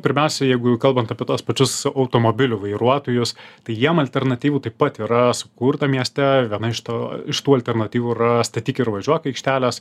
pirmiausia jeigu kalbant apie tuos pačius automobilių vairuotojus tai jiem alternatyvų taip pat yra sukurta mieste viena iš to iš tų alternatyvų yra statyk ir važiuok aikštelės